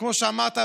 וכמו שאמרת,